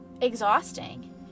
exhausting